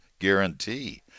guarantee